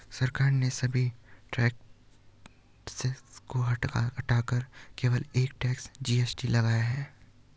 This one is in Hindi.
सरकार ने सभी टैक्सेस को हटाकर केवल एक टैक्स, जी.एस.टी लगाया है